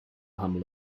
humble